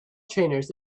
trainers